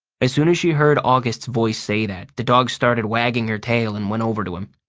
as soon as she heard auggie's voice say that, the dog started wagging her tail and went over to him.